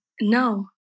No